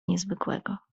niezwykłego